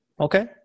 Okay